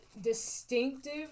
distinctive